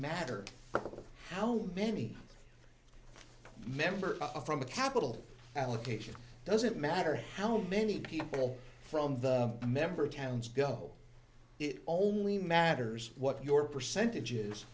matter how many member of a from the capital allocation doesn't matter how many people from the member towns go it only matters what your percentage